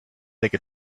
take